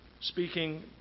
Speaking